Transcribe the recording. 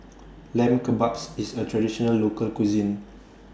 Lamb Kebabs IS A Traditional Local Cuisine